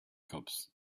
cups